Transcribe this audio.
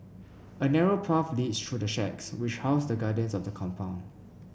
a narrow path leads through the shacks which house the guardians of the compound